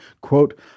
quote